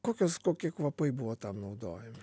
kokios kokie kvapai buvo tam naudojami